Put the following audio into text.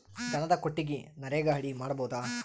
ದನದ ಕೊಟ್ಟಿಗಿ ನರೆಗಾ ಅಡಿ ಮಾಡಬಹುದಾ?